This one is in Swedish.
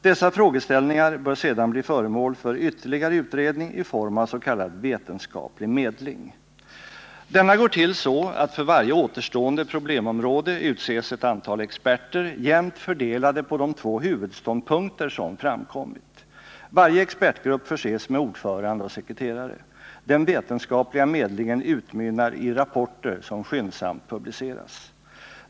Dessa frågeställningar bör sedan bli föremål för ytterligare utredning i form av s.k. vetenskaplig medling. Denna går till så att för varje återstående problemområde utses ett antal experter jämnt fördelade på de två huvudståndpunkter som framkommit. Varje expertgrupp förses med ordförande och sekreterare. Den vetenskapliga medlingen utmynnar i rapporter som skyndsamt publi Ceras.